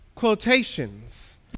quotations